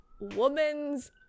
woman's